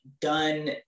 done